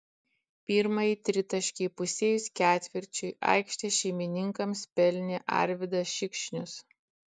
pirmąjį tritaškį įpusėjus ketvirčiui aikštės šeimininkams pelnė arvydas šikšnius